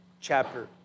chapter